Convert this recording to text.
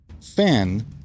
Fan